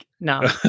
No